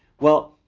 well,